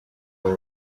abo